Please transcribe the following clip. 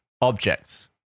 objects